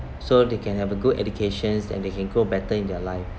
so they can have a good education and they can grow better in their life